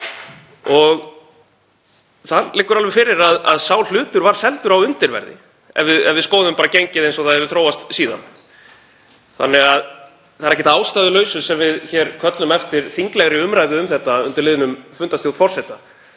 Það liggur alveg fyrir að sá hlutur var seldur á undirverði ef við skoðum bara gengið eins og það hefur þróast síðan, þannig að það er ekki að ástæðulausu sem við köllum eftir þinglegri umræðu um þetta undir liðnum um fundarstjórn forseta.